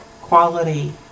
quality